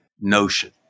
notion